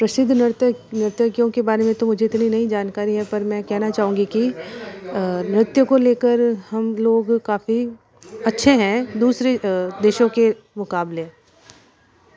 प्रसिद्ध नर्तक नर्तकियों के बारे में तो मुझे इतनी नहीं जानकारी है पर मैं कहना चाहूँगी कि नृत्य को लेकर हम लोग काफ़ी अच्छे हैं दूसरी देशों के मुकाबले